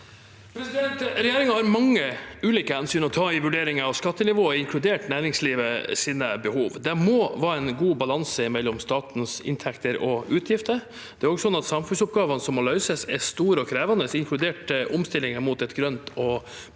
Regjeringen har mange ulike hensyn å ta i vurderingen av skattenivået, inkludert næringslivets behov. Det må være en god balanse mellom statens inntekter og utgifter. Det er også sånn at samfunnsoppgavene som må løses, er store og krevende, inkludert omstillingen mot et grønt og